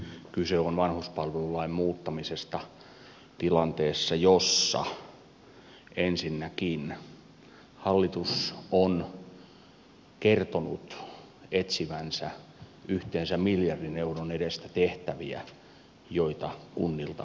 kyse on vanhuspalvelulain muuttamisesta tilanteessa jossa ensinnäkin hallitus on kertonut etsivänsä yhteensä miljardin euron edestä tehtäviä joita kunnilta karsitaan